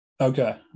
Okay